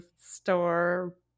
store